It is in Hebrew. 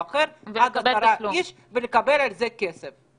לעד עשרה איש, ולקבל על זה כסף?